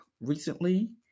recently